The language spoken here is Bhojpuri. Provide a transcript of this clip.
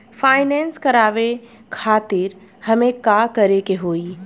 फाइनेंस करावे खातिर हमें का करे के होई?